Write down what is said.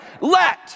let